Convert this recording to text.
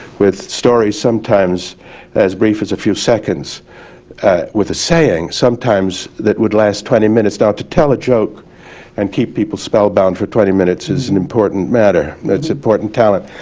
with stories sometimes as brief as a few seconds with saying sometimes that would last twenty minutes. now, to tell a joke and keep people spellbound for twenty minutes is an important matter, that's important talent.